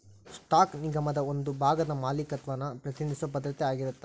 stock ನಿಗಮದ ಒಂದ ಭಾಗದ ಮಾಲೇಕತ್ವನ ಪ್ರತಿನಿಧಿಸೊ ಭದ್ರತೆ ಆಗಿರತ್ತ